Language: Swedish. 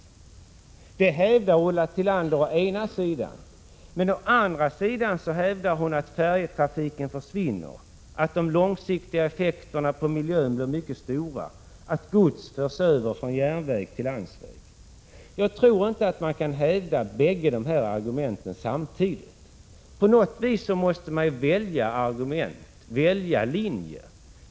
Det hävdar Ulla Tillander å ena sidan, men å andra sidan hävdar hon att 19 november 1986 färjetrafiken försvinner, att de långsiktiga effekterna på miljön blir mycket stora, att gods förs över från järnväg till landsväg. Jag tror inte att man kan hävda bägge de här argumenten samtidigt. På något vis måste man välja linje.